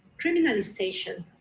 criminalisation,